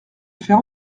faire